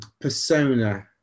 persona